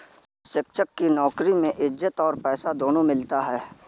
शिक्षक की नौकरी में इज्जत और पैसा दोनों मिलता है